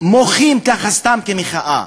מוחים ככה סתם, כמחאה,